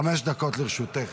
חמש דקות לרשותך.